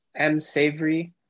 msavory